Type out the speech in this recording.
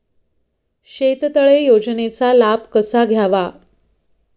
शेततळे योजनेचा लाभ कसा घ्यावा?